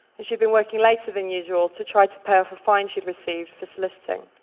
and she had been working later than usual to try to pay off a fine she had received for soliciting.